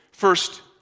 First